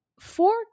four